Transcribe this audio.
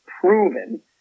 proven